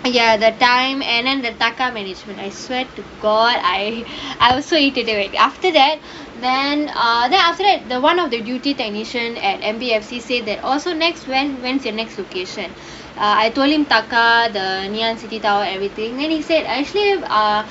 and ya the time and then the taka management I swear to god I I was so irritated already after that then uh then after that the one of the duty technician at M_B_F_C said that also next when when's your next location err I told him taka the ngee ann city tower everything and then he said actually err